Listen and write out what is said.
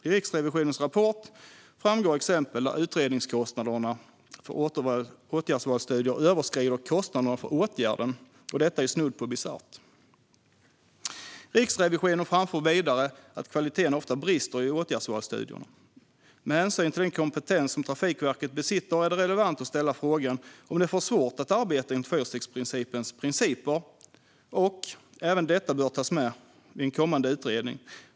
I Riksrevisionens rapport framgår exempel där utredningskostnaderna för åtgärdsvalsstudier överstiger kostnaderna för åtgärden. Detta är snudd på bisarrt. Riksrevisionen framför vidare att kvaliteten ofta brister i åtgärdsvalsstudierna. Med hänsyn till den kompetens som Trafikverket besitter är det relevant att ställa frågan om det är för svårt att arbeta enligt fyrstegsprincipens principer, och även detta bör tas med i en kommande utredning.